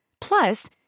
Plus